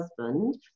husband